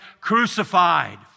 crucified